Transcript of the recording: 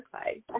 Okay